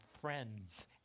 friends